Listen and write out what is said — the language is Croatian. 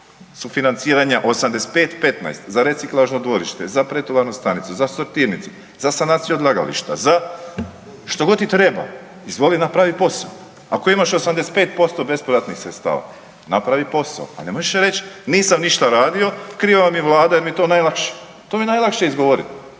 sufinanciranja 85-15 za reciklažno dvorište, za pretovarnu stanicu, za sortirnicu, za sanaciju odlagališta, za što god ti treba izvoli napravit posao. Ako imaš 85% bespovratnih sredstava napravi posao, a ne možeš reć nisam ništa radio kriva vam je vlada jer mi je to najlakše, to mi je najlakše izgovorit